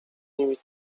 nimi